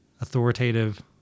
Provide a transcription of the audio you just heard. Authoritative